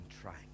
trying